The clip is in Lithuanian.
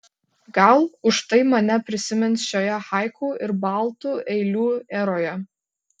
gal už tai mane prisimins šioje haiku ir baltų eilių eroje